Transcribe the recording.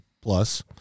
plus